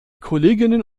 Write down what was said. kolleginnen